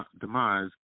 demise